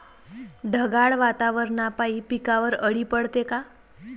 ढगाळ वातावरनापाई पिकावर अळी पडते का?